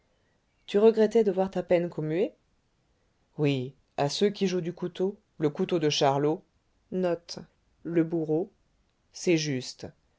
tu regrettais de voir ta peine commuée oui à ceux qui jouent du couteau le couteau de charlot c'est juste